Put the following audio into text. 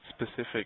specific